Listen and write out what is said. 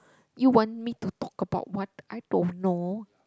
you want me to talk about what I don't know